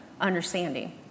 understanding